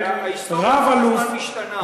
ההיסטוריה כל הזמן משתנה.